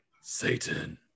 Satan